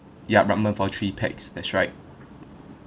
yup ramen for three pax that's right